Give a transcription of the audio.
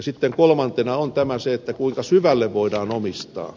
sitten kolmantena on se kuinka syvälle voidaan omistaa